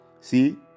See